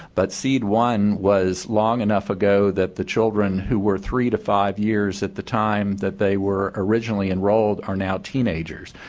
but seed one was long enough ago that the children who were three to five years at the time that they were originally enrolled are now teenagers.